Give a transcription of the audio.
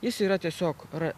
jis yra tiesiog r